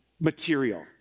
material